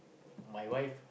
my wife